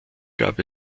gab